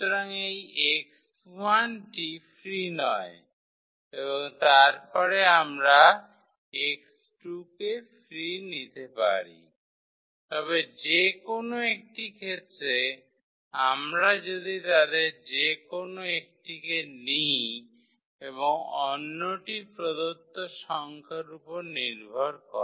সুতরাং এই 𝑥1 টি ফ্রি নয় এবং তারপরে আমরা 𝑥2 কে ফ্রি নিতে পারি তবে যে কোনও একটি ক্ষেত্রে আমরা যদি তাদের যে কোনও একটিকে নিই এবং অন্যটি প্রদত্ত সংখ্যার উপর নির্ভর করে